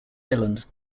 island